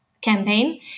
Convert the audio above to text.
campaign